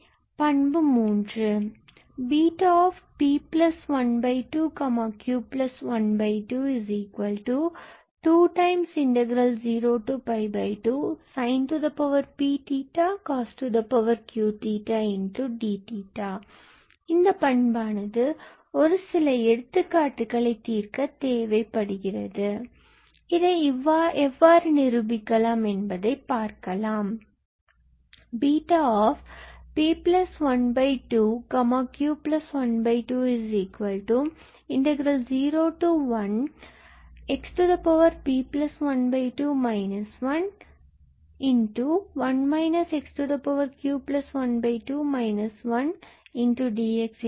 பண்பு 3 Βp12q12 2 02sinpcosq d இந்த பண்பானது ஒருசில எடுத்துக்காட்டுகளை தீர்க்க தேவைப்படுகிறது இதை எவ்வாறு நிரூபிக்கலாம் என்பதை பார்க்கலாம் Βp12q1201xp12 1 q12 1dx right